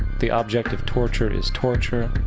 the object of torture is torture.